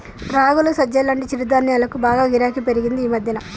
రాగులు, సజ్జలు లాంటి చిరుధాన్యాలకు బాగా గిరాకీ పెరిగింది ఈ మధ్యన